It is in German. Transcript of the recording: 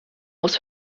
muss